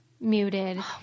muted